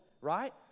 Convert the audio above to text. Right